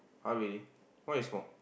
are we why you smoke